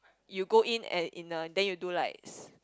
you go in and in the day you do likes